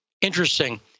interesting